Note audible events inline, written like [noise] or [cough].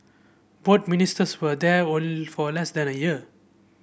[unintelligible] ministers were there only for less than a year